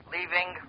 Leaving